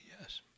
Yes